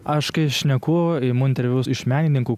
aš kai šneku imu interviu iš menininkų